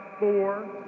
four